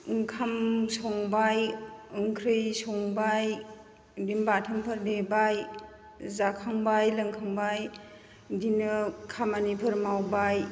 ओंखाम संबाय ओंख्रि संबाय बिदिनो बाथोनफोर देबाय जाखांबाय लोंखांबाय बिदिनो खामानिफोर मावबाय